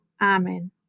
Amen